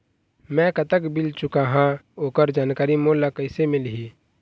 मैं कतक बिल चुकाहां ओकर जानकारी मोला कइसे मिलही?